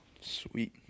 sweet